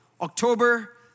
October